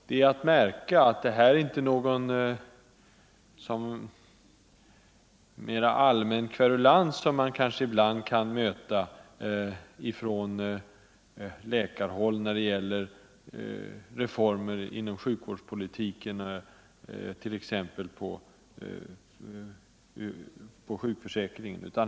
Det är här inte fråga om någon allmän kverulans, som vi kanske ibland sett exempel på från läkarhåll när det gäller reformer inom sjukvårdspolitiken,t.ex. i vad gäller sjukförsäkringen.